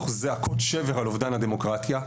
תוך זעקות שבר על אובדן הדמוקרטיה,